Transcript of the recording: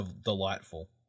delightful